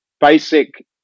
basic